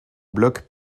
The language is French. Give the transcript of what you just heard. bloc